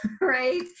Right